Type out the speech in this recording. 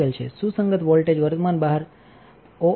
સુસંગત વોલ્ટેજ વર્તમાન બહાર ઓએફ તે